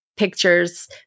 pictures